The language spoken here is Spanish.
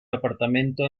apartamento